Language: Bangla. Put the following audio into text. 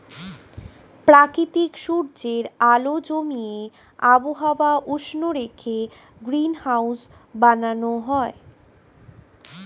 প্রাকৃতিক সূর্যের আলো জমিয়ে আবহাওয়া উষ্ণ রেখে গ্রিনহাউস বানানো হয়